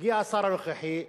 הגיע השר הנוכחי,